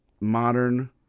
modern